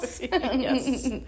Yes